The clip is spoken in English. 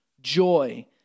joy